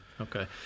Okay